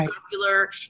popular